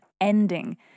ending